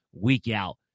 week-out